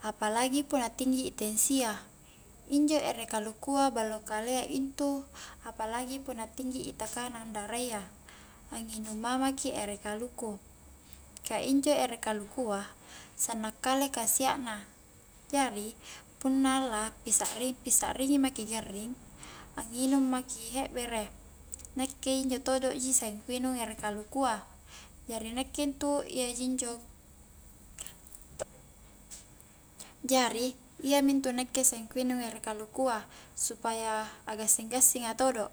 apalagi punna tinggi i tensi a injo ere kalukua ballo kalia intu apalagi punna tinggi i tekanang dara iya anginung mama ki ere kaluku ka ino ere kalukua sanna kale kasia' na jari punna lapisari' pisa'ringi maki garring anginung maki hekbere nakke injo todo ji saing ku inung etre kalukua jari nakke intu iyaji injo jari iyamintu nakke sanging ku inung ere kalukua, supaya agassing-gassinga todo